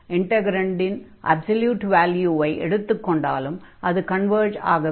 இன்டக்ரன்டின் absolute வால்யூவை எடுத்துக் கொண்டாலும் அது கன்வர்ஜ் ஆக வேண்டும்